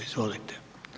Izvolite.